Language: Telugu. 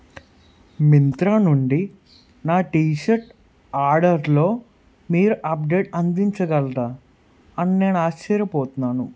మింత్రా నుండి నా టీషర్ట్ ఆడర్లో మీరు అప్డేట్ అందించగల్రా అని నేను ఆశ్చర్యపోత్నాను